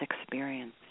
experience